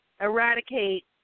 eradicate